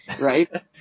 right